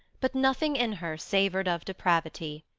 but nothing in her savoured of depravity.